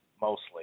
mostly